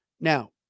Now